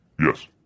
Yes